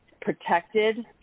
protected